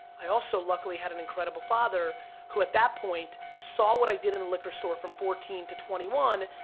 i also, luckily, had an incredible father who, at that point, saw what i did in the liquor store from fourteen to twenty one,